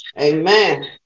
Amen